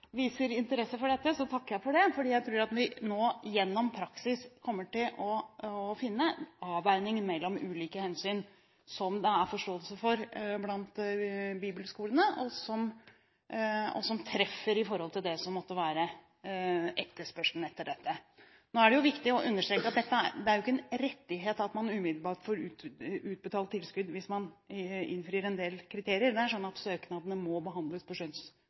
viser interesse for dette, takker jeg for det, for jeg tror at vi nå gjennom praksis kommer til å finne avveininger mellom ulike hensyn som det er forståelse for blant bibelskolene, og som treffer med hensyn til det som måtte være etterspørselen etter dette. Nå er det jo viktig å understreke at det ikke er en rettighet at man umiddelbart får utbetalt tilskudd hvis man innfrir en del kriterier. Det er slik at søknadene må behandles på